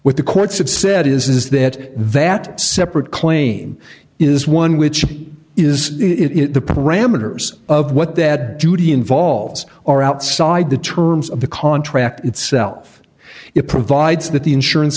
what the courts have said is that that separate claim is one which is it the parameters of what that duty involves or outside the terms of the contract itself it provides that the insurance